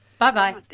Bye-bye